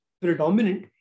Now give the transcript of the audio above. predominant